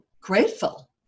grateful